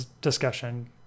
discussion